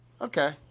Okay